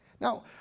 Now